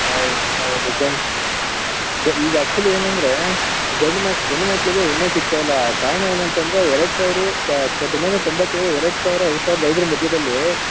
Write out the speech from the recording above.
ಹೌದು ಹೌದು ಗಂಡು ಈಗ ಆ್ಯಕ್ಚುವಲಿ ಏನಂದರೆ ಗಂಡು ಮಕ್ ಗಂಡು ಮಕ್ಕಳಿಗೆ ಹೆಣ್ಣೇ ಸಿಗ್ತಾ ಇಲ್ಲ ಕಾರಣ ಏನಂತ ಅಂದರೆ ಎರಡು ಸಾವಿರ ಸಾವಿರದ ಒಂಬೈನೂರ ತೊಂಬತ್ತೇಳು ಎರಡು ಸಾವಿರ ಎರಡು ಸಾವಿರದ ಐದರ ಮಧ್ಯದಲ್ಲಿ